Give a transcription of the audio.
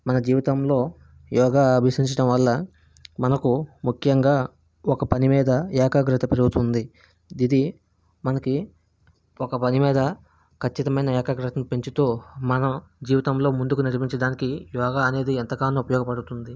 మన జీవితంలో యోగా అభ్యసించడం వల్ల మనకు ముఖ్యంగా ఒక పని మీద ఏకాగ్రత పెరుగుతుంది ఇది మనకి ఒక పని మీద ఖచ్చితమైన ఏకాగ్రతను పెంచుతూ మనం జీవితంలో ముందుకు నడిపించడానికి యోగా అనేది ఎంతగానో ఉపయోగపడుతుంది